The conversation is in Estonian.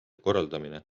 korraldamine